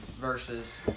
versus